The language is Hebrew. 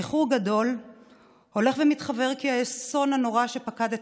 באיחור גדול הולך ומתחוור כי האסון הנורא שפקד את